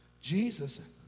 Jesus